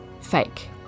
fake